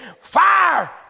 Fire